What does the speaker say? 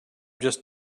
just